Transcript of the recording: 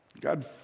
God